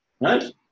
right